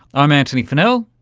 i'm antony funnell,